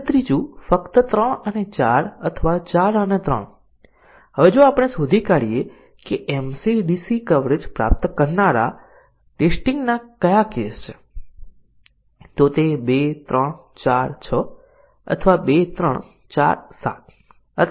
તેથી તે દરેક એટોમિક કન્ડિશન છે તે બ્રાંચના પરિણામો અન્ય કન્ડિશન થી સ્વતંત્ર રીતે નક્કી કરે છે